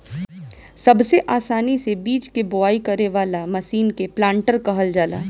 सबसे आसानी से बीज के बोआई करे वाला मशीन के प्लांटर कहल जाला